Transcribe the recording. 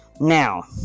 Now